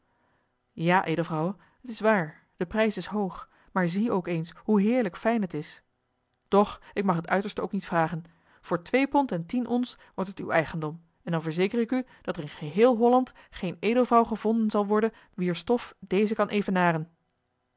ja edele vrouwe t is waar de prijs is hoog maar zie ook eens hoe heerlijk fijn het is doch ik mag het uiterste ook niet vragen voor twee pond en tien ons wordt het uw eigendom en dan verzeker ik u dat er in geheel holland geen edelvrouw gevonden zal worden wier stof deze kan evenaren